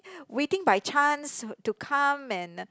waiting by chance to come and